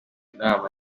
nama